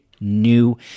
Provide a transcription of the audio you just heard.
new